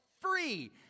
free